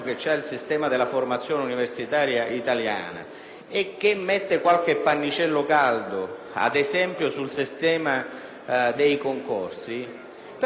e mettere qualche pannicello caldo, ad esempio sul sistema dei concorsi, credo che sarebbe stato opportuno affrontare